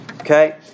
Okay